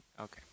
Okay